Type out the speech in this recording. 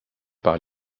par